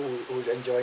who who's enjoying